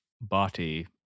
body